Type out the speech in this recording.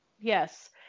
Yes